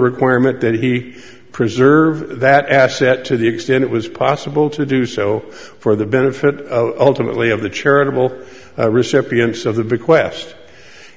requirement that he preserve that asset to the extent it was possible to do so for the benefit alternately of the charitable recipients of the bequest